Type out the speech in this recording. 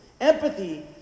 Empathy